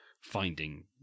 finding